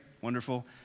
wonderful